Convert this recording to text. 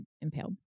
impaled